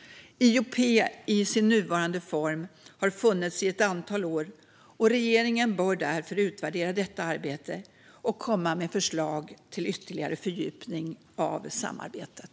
IOP i sin nuvarande form har funnits i ett antal år, och regeringen bör därför utvärdera detta arbete och komma med förslag till ytterligare fördjupning av samarbetet.